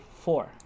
four